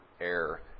air